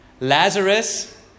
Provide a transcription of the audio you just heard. Lazarus